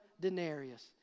denarius